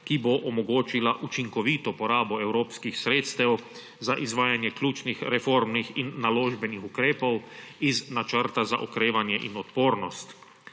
ki bo omogočila učinkovito porabo evropskih sredstev za izvajanje ključnih reformnih in naložbenih ukrepov iz Načrta za okrevanje in odpornost.